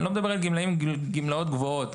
לא מדבר על גמלאים עם גמלאות גבוהות,